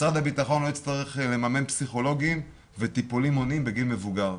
משרד הבטחון לא יצטרך לממן פסיכולוגים וטיפולים מונעים בגיל מבוגר.